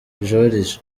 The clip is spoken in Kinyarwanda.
joriji